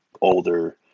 older